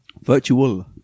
Virtual